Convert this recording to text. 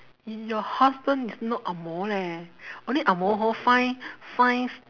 your husband is not angmoh leh only angmoh hor find find